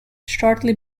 shortly